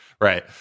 Right